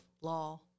law